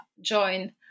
join